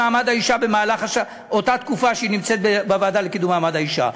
במעמד האישה בתקופה שהיא נמצאת בוועדה לקידום מעמד האישה.